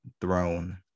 Throne